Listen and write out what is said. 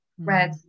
red